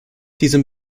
diesem